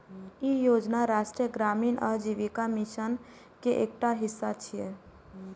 ई योजना राष्ट्रीय ग्रामीण आजीविका मिशन के एकटा हिस्सा छियै